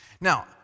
Now